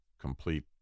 complete